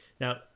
now